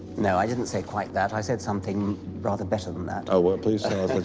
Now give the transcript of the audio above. no, i didn't say quite that. i said something rather better than that. oh, well, please tell